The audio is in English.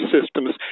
systems